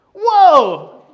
Whoa